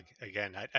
Again